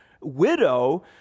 widow